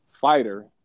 fighter